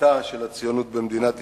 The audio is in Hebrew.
תפיסתה של הציונות במדינת ישראל,